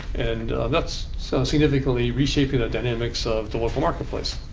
and that's so significantly reshaping the dynamics of the local marketplace.